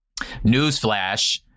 newsflash